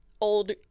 old